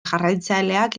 jarraitzaileak